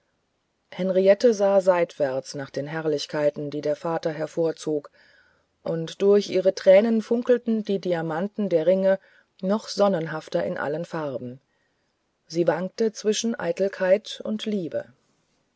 henriette sah seitwärts nach den herrlichkeiten die der vater hervorzog und durch ihre tränen funkelten die diamanten der ringe noch sonnenhafter in allen farben sie wankte zwischen eitelkeit und liebe